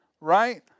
right